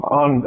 on